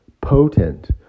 potent